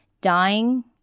dying